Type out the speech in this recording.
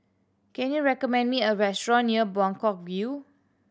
can you recommend me a restaurant near Buangkok View